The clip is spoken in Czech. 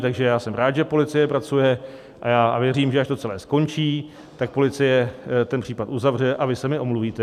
Takže jsem rád, že policie pracuje, a věřím, že až to celé skončí, tak policie ten případ uzavře a vy se mi omluvíte.